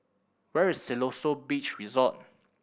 where is Siloso Beach Resort